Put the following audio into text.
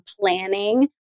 planning